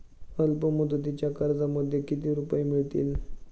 अल्पमुदतीच्या कर्जामध्ये किती रुपये मिळतील?